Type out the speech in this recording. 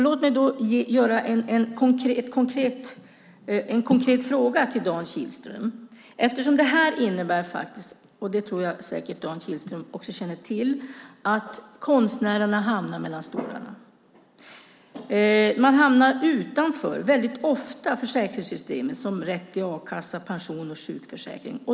Låt mig ställa en konkret fråga till Dan Kihlström. Det här innebär, vilket jag tror att Dan Kihlström också känner till, att konstnärerna hamnar mellan stolarna. Man hamnar väldigt ofta utanför försäkringssystemen, som rätt till a-kassa, pension och sjukförsäkring.